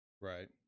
Right